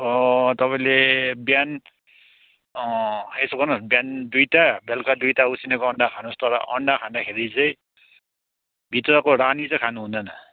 तपाईँले बिहान यसो गर्नुहोस् न बिहान दुइटा बेलुका दुइटा उसिनेको अन्डा खानुहोस् तर अन्डा खाँदाखेरि चाहिँ भित्रको रानी चाहिँ खानु हुँदैन